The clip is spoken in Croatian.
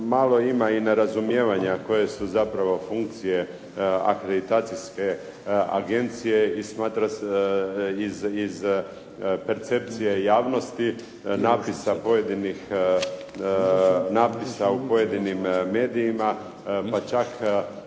malo ima i nerazumijevanja koje su zapravo funkcije akreditacijske agencije i smatra se, iz percepcije javnosti napisa pojedinih napisa u pojedinim medijima pa čak